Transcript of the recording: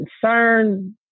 concern